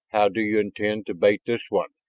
how do you intend to bait this one?